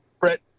Brett